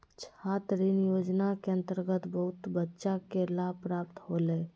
छात्र ऋण योजना के अंतर्गत बहुत बच्चा के लाभ प्राप्त होलय